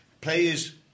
players